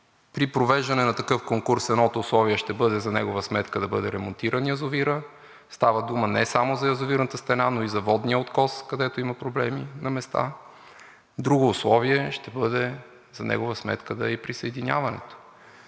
При провеждане на такъв конкурс едното условие ще бъде за негова сметка да бъде ремонтиран язовирът. Става дума не само за язовирната стена, но и за водния откос, където има проблеми на места. Друго условие ще бъде за негова сметка да е и присъединяването.